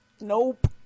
Nope